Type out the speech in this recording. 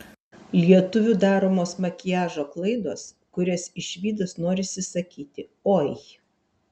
lietuvių daromos makiažo klaidos kurias išvydus norisi sakyti oi